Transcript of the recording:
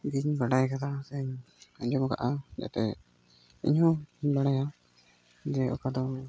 ᱜᱮᱧ ᱵᱟᱰᱟᱭ ᱠᱟᱫᱟ ᱥᱮ ᱟᱸᱡᱚᱢ ᱠᱟᱜᱼᱟ ᱡᱟᱛᱮ ᱤᱧ ᱦᱚᱧ ᱵᱟᱲᱟᱭᱟ ᱡᱮ ᱚᱠᱟ ᱫᱚ